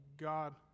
God